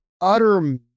utter